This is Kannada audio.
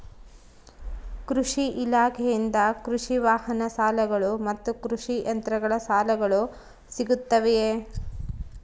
ಕೃಷಿ ಇಲಾಖೆಯಿಂದ ಕೃಷಿ ವಾಹನ ಸಾಲಗಳು ಮತ್ತು ಕೃಷಿ ಯಂತ್ರಗಳ ಸಾಲಗಳು ಸಿಗುತ್ತವೆಯೆ?